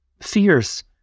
fierce